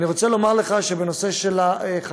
אני רוצה לומר לך שבנושא של החקלאות,